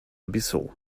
bissau